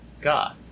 God